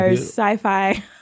sci-fi